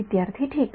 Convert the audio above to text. विद्यार्थी ठीक आहे